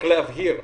רק להבהיר,